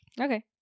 Okay